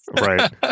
Right